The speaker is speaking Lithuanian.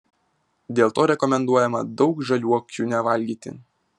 dėl to rekomenduojama daug žaliuokių nevalgyti